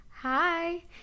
Hi